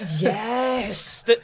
Yes